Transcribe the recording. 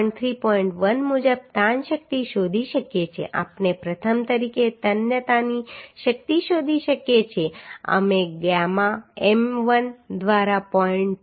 1 મુજબ તાણ શક્તિ શોધી શકીએ છીએ આપણે પ્રથમ તરીકે તન્યતાની શક્તિ શોધી શકીએ છીએ અમે ગામા એમ1 દ્વારા 0